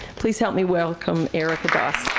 please help me welcome erika doss.